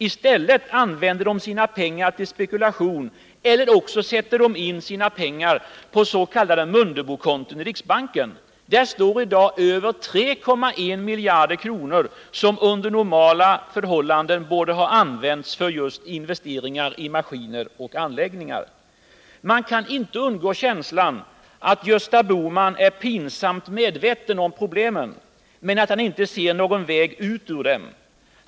I stället använder de sina pengar till spekulation, eller också har de satt in dem på s.k. Mundebokonton i Riksbanken. Där står nu över 3,1 miljarder kronor, som under normala förhållanden borde ha använts för just investeringar i maskiner och anläggningar. Man kan inte undgå känslan att Gösta Bohman är pinsamt medveten om problemen, men att han inte ser någon väg ut ur dem.